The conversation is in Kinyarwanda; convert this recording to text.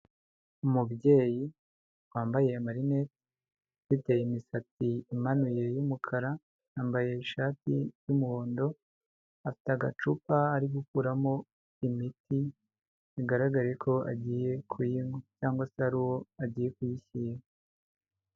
Umubyeyi wambaye amarinete ufite imisatsi imanuye y'umukara, yambaye ishati y'umuhondo, afite agacupa ari gukuramo imiti bigaragare ko agiye kuyinywa cyangwa se hari uwo agiye kuyishyira.